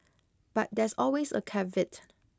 but there's always a caveat